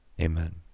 Amen